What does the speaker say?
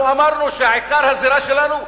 אנחנו אמרנו שעיקר הזירה שלנו,